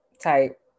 type